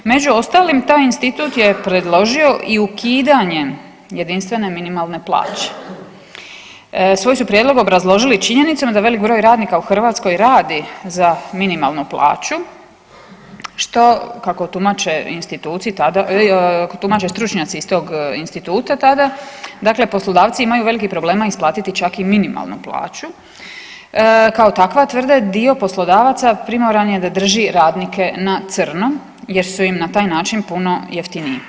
Među ostalim taj institut je predložio i ukidanje jedinstvene minimalne plaće, svoj su prijedlog obrazložili činjenicom da velik broj radnika u Hrvatskoj radi za minimalnu plaću što kako tumače stručnjaci iz tog instituta tada, dakle poslodavci imaju velikih problema isplatiti čak i minimalnu plaću, kao takva tvrde dio poslodavaca primoran je da drži radnike na crno jer su im na taj način puno jeftiniji.